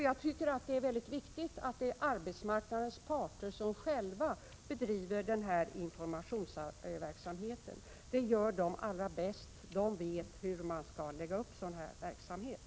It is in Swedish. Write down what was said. Jag tycker att det är mycket viktigt att det är arbetsmarknadens parter som själva bedriver denna informationsverksamhet. Det gör de allra bäst, eftersom de vet hur man skall lägga upp en sådan verksamhet.